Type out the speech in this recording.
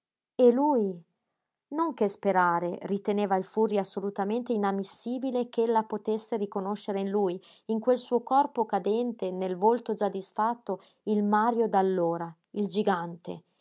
e lui non che sperare riteneva il furri assolutamente inammissibile ch'ella potesse riconoscere in lui in quel suo corpo cadente nel volto già disfatto il mario d'allora il gigante